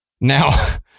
Now